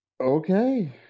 Okay